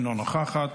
אינה נוכחת,